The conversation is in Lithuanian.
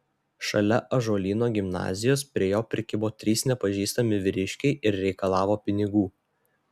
šalia ąžuolyno gimnazijos prie jo prikibo trys nepažįstami vyriškai ir reikalavo pinigų